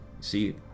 see